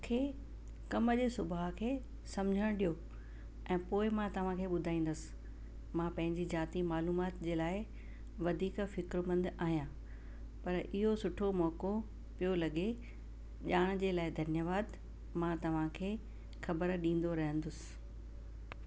मूंखे कम जे सुभाउ खे समझण डि॒यो ऐं पोएं मां तव्हांखे ॿुधाईंदसि मां पंहिंजी जाती मालूमात जे लाइ वधीक फ़िक्रमंद आहियां पर इहो सुठो मौक़ो पियो लॻे ॼाण जे लाइ धन्यवादु मां तव्हांखे ख़बर ॾींदो रहंदसि